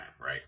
Right